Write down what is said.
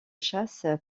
chasse